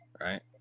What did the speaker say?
right